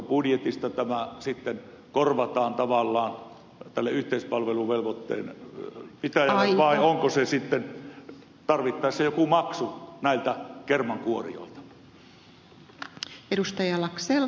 korvataanko tämä tavallaan valtion budjetista tälle yhteispalveluvelvoitteen pitäjälle vai onko se sitten tarvittaessa joku maksu näiltä kermankuorijoilta